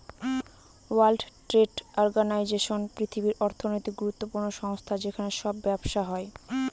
world trade organisation পৃথিবীর অর্থনৈতিক গুরুত্বপূর্ণ সংস্থা যেখানে সব ব্যবসা হয়